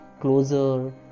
Closer